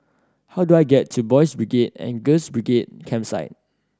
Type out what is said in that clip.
how do I get to Boys' Brigade and Girls' Brigade Campsite